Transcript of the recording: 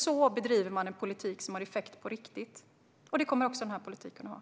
Så bedriver man en politik som får effekt på riktigt, och det kommer också denna politik att få.